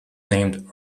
named